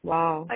Wow